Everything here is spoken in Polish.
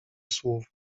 słów